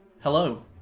Hello